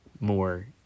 more